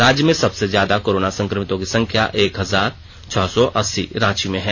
राज्य में सबसे ज्यादा कोरोना संक्रमितों की संख्या एक हजार छह सौ अस्सी रांची में हैं